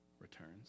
returns